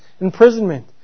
imprisonment